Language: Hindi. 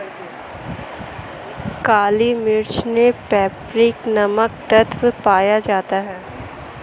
काली मिर्च मे पैपरीन नामक तत्व पाया जाता है